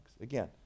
Again